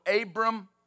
Abram